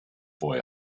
boy